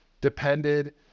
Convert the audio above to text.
depended